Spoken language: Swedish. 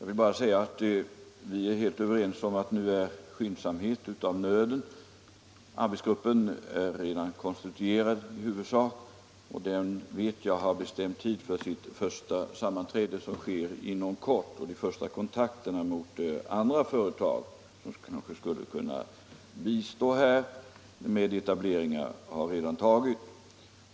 Herr talman! Vi är helt överens om att nu är skyndsamhet av nöden. Arbetsgruppen är redan konstituerad i huvudsak, och jag vet att den har bestämt tid för sitt första sammanträde, som sker inom kort. De första kontakterna med andra företag, som här kanske skulle kunna bistå med etableringar, har redan tagits.